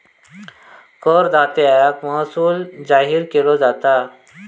करदात्याक महसूल जाहीर केलो जाता